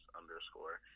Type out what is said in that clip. underscore